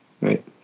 right